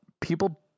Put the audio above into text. people